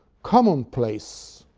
common place.